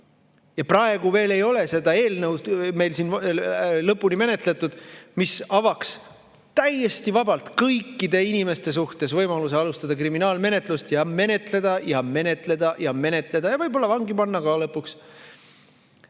Praegu veel ei ole seda eelnõu meil siin lõpuni menetletud, mis avaks täiesti vabalt kõikide inimeste suhtes võimaluse alustada kriminaalmenetlust, ja menetleda ja menetleda ja menetleda ja võib-olla vangi panna lõpuks.